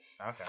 Okay